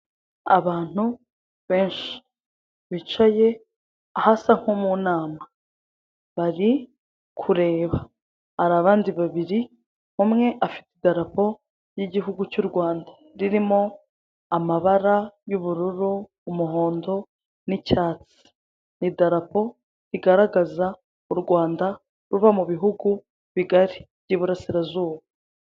Abantu benshi bicaye ahasa nko mu nama bari kureba. Hari abandi babiri umwe afite idarapo ry'igihugu cy'uRwanda ririmo amabara y'ubururu, umuhondo n'icyatsi. Ni idarapo rigaragaza uRwanda ruba mu bihugu bigari by'iburasirazuba.